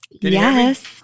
Yes